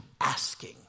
asking